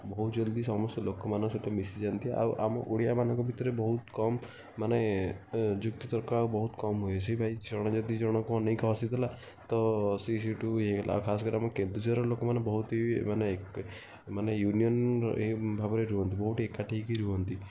ବହୁତ ଜଲଦି ସମସ୍ତ ଲୋକମାନଙ୍କ ସହ ମିଶିଯାଆନ୍ତି ଆଉ ଆମ ଓଡ଼ିଆ ମାନଙ୍କ ଭିତରେ ବହୁତ କମ୍ ମାନେ ଯୁକ୍ତି ତର୍କ ଆଉ ବହୁତ କମ୍ ହୁଏ ସେଥିପାଇଁ ଜଣେ ଯଦି ଜଣଙ୍କୁ ଅନାଇକି ହସିଦେଲା ତ ସିଏ ସେଇଠୁ ଇଏ ହୋଇଗଲା ଆଉ ଖାସ କରିକି ଆମ କେନ୍ଦୁଝରର ଲୋକମାନେ ବହୁତ ହିଁ ମାନେ ମାନେ ୟୁନିଅନ୍ ଭାବରେ ରୁହନ୍ତି ବହୁତ ଏକାଠି ହୋଇକି ରୁହନ୍ତି